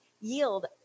yield